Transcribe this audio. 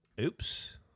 Oops